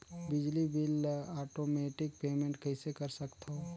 बिजली बिल ल automatic payment कइसे कर सकथव?